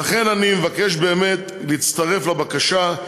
ולכן, אני מבקש באמת להצטרף לבקשה.